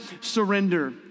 surrender